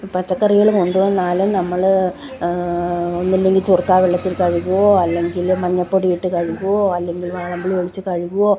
പച്ചക്കറികൾ കൊണ്ടു വന്നാലും നമ്മൾ ഒന്നില്ലെങ്കിൽ ചുർക്കാ വെള്ളത്തിൽ കഴുകുകയോ അല്ലെങ്കിൽ മഞ്ഞപ്പൊടി ഇട്ട് കഴുകുകയോ അല്ലെങ്കിൽ വാളംപുളി ഒഴിച്ച് കഴുകുകയോ